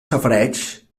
safareigs